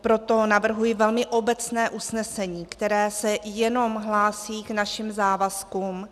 Proto navrhuji velmi obecné usnesení, které se jenom hlásí k našim závazkům.